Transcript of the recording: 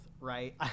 Right